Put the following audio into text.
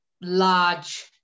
large